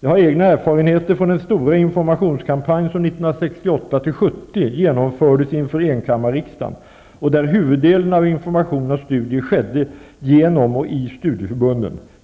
Jag har egna erfarenhetr från den stora informationskampanj som genomfördes 1968--1970 inför enkammarriksdagen och där huvuddelen av information och studier skedde genom och i studieförbunden.